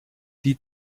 die